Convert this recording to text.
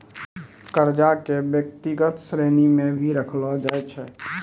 कर्जा क व्यक्तिगत श्रेणी म भी रखलो जाय छै